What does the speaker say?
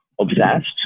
Obsessed